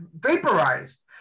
vaporized